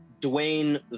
Dwayne